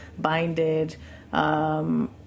binded